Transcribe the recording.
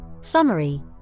Summary